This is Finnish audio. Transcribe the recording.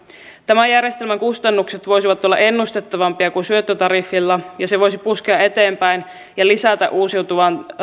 tämän järjestelmän kustannukset voisivat olla ennustettavampia kuin syöttötariffilla ja se voisi puskea eteenpäin ja lisätä uusiutuvan